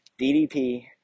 DDP